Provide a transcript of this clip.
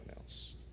else